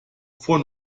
vor